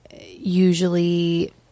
usually